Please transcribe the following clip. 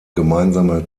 gemeinsame